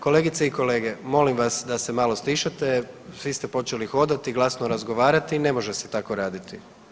Kolegice i kolege, molim vas da se malo stišate, svi ste počeli hodati i glasno razgovarati i ne može se tako raditi.